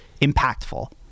impactful